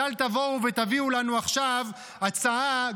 אז אל תבואו ותביאו לנו עכשיו הצעה.